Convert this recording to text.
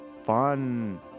Fun